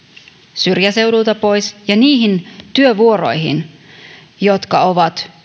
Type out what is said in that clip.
syrjäseuduilta pois ja niihin työvuoroihin jotka ovat